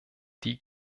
die